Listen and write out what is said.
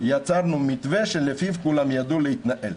יצרנו מתווה שלפיו כולם ידעו להתנהל.